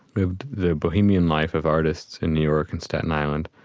lived the bohemian life of artists in new york and staten island.